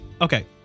Okay